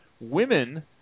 women